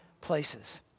places